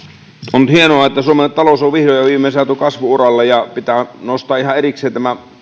on hienoa että suomen talous on vihdoin ja viimein saatu kasvu uralle ja pitää nostaa ihan erikseen tämä